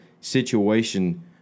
situation